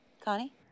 Connie